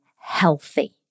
healthy